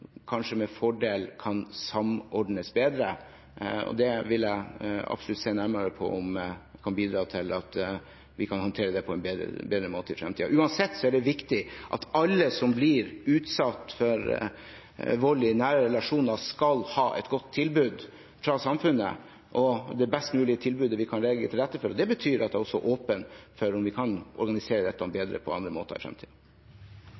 kanskje med fordel kan samordnes bedre. Det vil jeg absolutt se nærmere på, om vi kan bidra til at vi kan håndtere det på en bedre måte i fremtiden. Uansett er det viktig at alle som blir utsatt for vold i nære relasjoner, skal ha et godt tilbud fra samfunnet, og det best mulige tilbudet vi kan legge til rette for. Det betyr at jeg også er åpen for om vi kan organisere dette